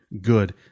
good